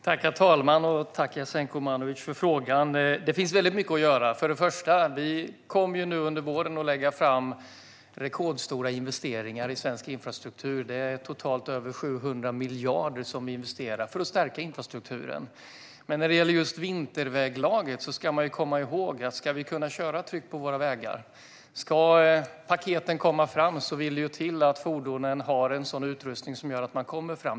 Herr talman! Jag tackar Jasenko Omanovic för frågan. Det finns mycket att göra. Under våren kommer vi att lägga fram rekordstora investeringar i svensk infrastruktur. Det är totalt över 700 miljarder som vi investerar för att stärka infrastrukturen. När det gäller vinterväglaget ska vi komma ihåg att för att vi ska kunna köra tryggt på våra vägar och för att paketen ska komma fram måste fordonen ha en sådan utrustning som gör att de kommer fram.